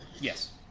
Yes